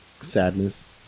sadness